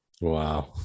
Wow